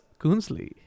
kunzli